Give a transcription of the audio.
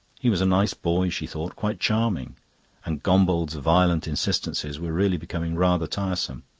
he was a nice boy, she thought, quite charming and gombauld's violent insistences were really becoming rather tiresome.